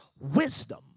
wisdom